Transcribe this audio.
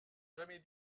jamais